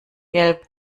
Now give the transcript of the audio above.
gelb